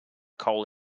coal